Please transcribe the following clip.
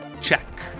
Check